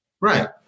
Right